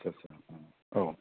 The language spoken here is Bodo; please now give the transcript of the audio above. आदसा आदसा औ